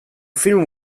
film